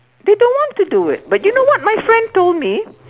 they don't want to do it but you know what my friend told me